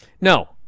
No